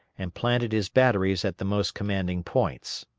and planted his batteries at the most commanding points.